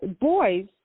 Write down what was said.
boys